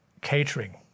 catering